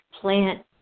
plant